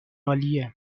عالیه